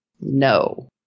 No